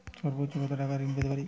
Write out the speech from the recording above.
সর্বোচ্চ কত টাকা ঋণ পেতে পারি?